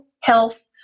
health